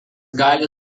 gali